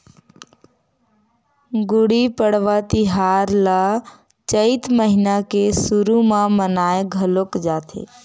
गुड़ी पड़वा तिहार ल चइत महिना के सुरू म मनाए घलोक जाथे